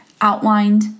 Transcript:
outlined